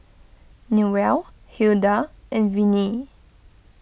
Newell Hilda and Vinie